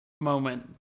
moment